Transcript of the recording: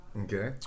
okay